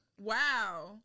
Wow